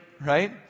right